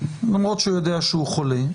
למרות שהוא יודע שהוא חולה,